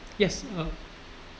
yes uh